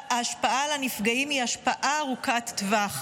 ההשפעה על הנפגעים היא השפעה ארוכת טווח.